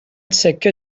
سکه